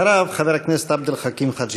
אחריו, חבר הכנסת עבד אל חכים חאג'